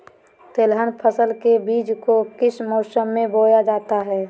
तिलहन फसल के बीज को किस मौसम में बोया जाता है?